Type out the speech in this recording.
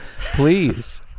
Please